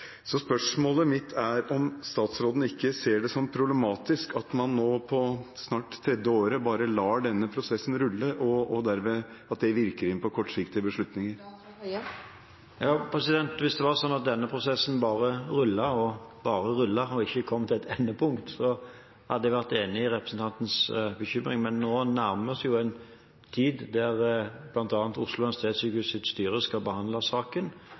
Så spørsmålet mitt er om statsråden ikke ser det som problematisk at man nå på snart tredje året bare lar denne prosessen rulle, og at det derved virker inn på kortsiktige beslutninger. Hvis det var sånn at denne prosessen bare rullet og rullet og ikke kom til et endepunkt, hadde jeg vært enig i representantens bekymring, men nå nærmer vi oss en tid da bl.a. Oslo universitetssykehus’ styre skal behandle saken.